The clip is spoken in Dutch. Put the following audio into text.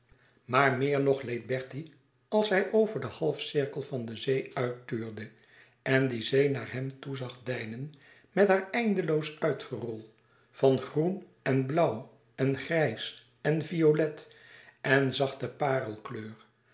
maar meer nog leed bertie als hij over den halfcirkel van de zee uittuurde en die zee naar hem toe zag deinen met haar eindeloos uitgerol van groen en blauw en grijs en violet en zachte